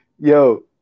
Yo